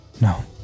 no